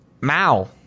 Mao